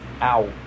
ow